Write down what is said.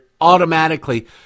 automatically